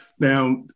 Now